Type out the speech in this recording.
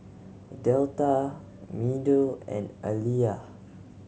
Delta Meadow and Aleah